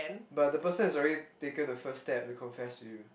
but the person has already taken the first step to confess to you